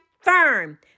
firm